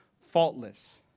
faultless